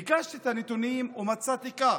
ביקשתי את הנתונים, ומצאתי כך: